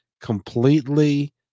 completely